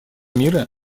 мира